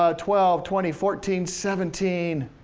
ah twelve, twenty, fourteen, seventeen,